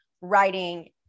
writing